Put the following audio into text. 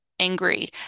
Angry